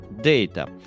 data